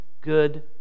good